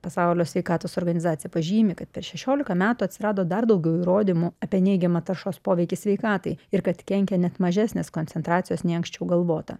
pasaulio sveikatos organizacija pažymi kad per šešiolika metų atsirado dar daugiau įrodymų apie neigiamą taršos poveikį sveikatai ir kad kenkia net mažesnės koncentracijos nei anksčiau galvota